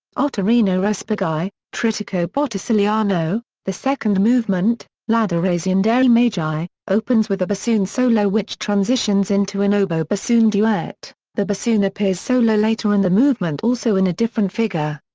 ottorino respighi trittico botticelliano, the second movement, l'adorazione dei magi, opens with a bassoon solo which transitions into an oboe bassoon duet the bassoon appears solo later in the movement also in a different figure.